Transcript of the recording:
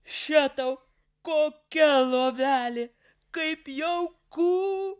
še tau kokia lovelė kaip jauku